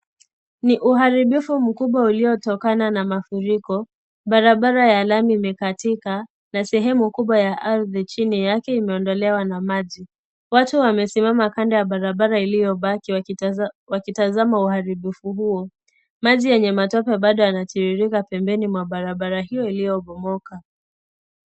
Ni uharibifu mkubwa uliotokana na mafuriko, barabara ya lami imekatika na sehemu kubwa ya ardhi chini yake imeondolewa na maji. Watu wamesimama kando ya barabara iliyobaki wakitazama uharibifu huo. Maji yenye matope bado yanatiririka pembeni mwa barabara hiyo iliyobomoka.